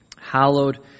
hallowed